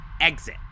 Exit